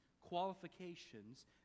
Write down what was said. qualifications